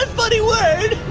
ah funny word.